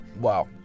wow